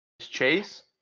Chase